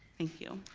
thank you.